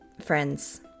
Friends